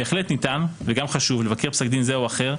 בהחלט ניתן וגם חשוב לבקר פסק דין זה או אחר,